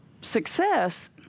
success